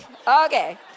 Okay